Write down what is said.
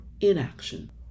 inaction